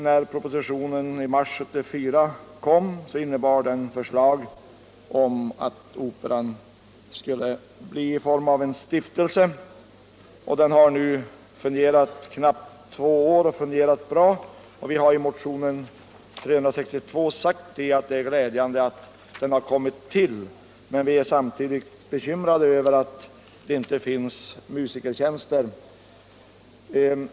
När propositionen kom i mars 1974 innehöll den förslag om att operan skulle få formen av en stiftelse. Den har nu fungerat i knappt två år och fungerat bra. Vi har i motionen 362 sagt att det är glädjande att Norrlandsoperan kommit till, men vi är samtidigt bekymrade över att det inte finns tillräckligt många musikertjänster.